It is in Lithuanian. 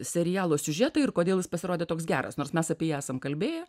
serialo siužetą ir kodėl jis pasirodė toks geras nors mes apie jį esam kalbėję